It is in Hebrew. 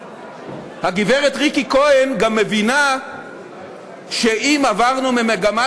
הגברת ריקי כהן גם מבינה שאם עברנו ממגמה